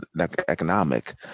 economic